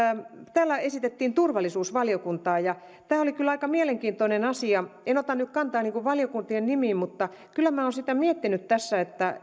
täällä esitettiin turvallisuusvaliokuntaa ja tämä oli kyllä aika mielenkiintoinen asia en ota nyt kantaa valiokuntien nimiin mutta kyllä minä olen sitä miettinyt tässä että